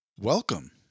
Welcome